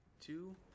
Two